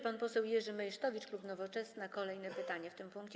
Pan poseł Jerzy Meysztowicz, klub Nowoczesna, kolejne pytanie w tym punkcie.